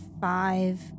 five